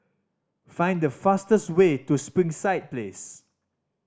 find the fastest way to Springside Place